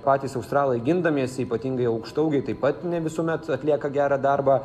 patys australai gindamiesi ypatingai aukštaūgiai taip pat ne visuomet atlieka gerą darbą